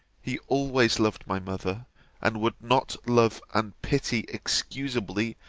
he always loved my mother and would not love and pity excusably,